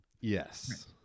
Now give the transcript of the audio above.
Yes